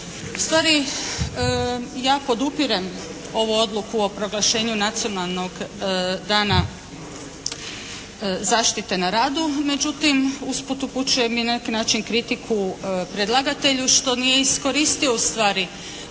Ustvari, ja podupirem ovu odluku o proglašenju "Nacionalnog dana zaštite na radu", međutim usput upućujem i na neki način kritiku predlagatelju što nije iskoristio ustvari